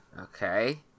Okay